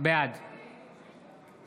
בעד